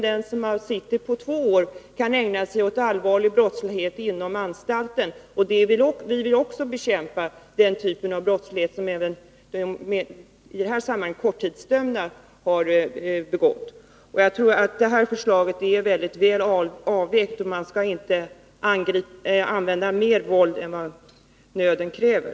Också den som är dömd till två års straff kan ägna sig åt allvarlig brottslighet inom anstalten — och vi vill bekämpa även den brottslighet som de i detta sammanhang relativt sett korttidsdömda ägnar sig åt. Jag tror att det här förslaget är mycket väl avvägt. Man skall inte använda mer våld än nöden kräver.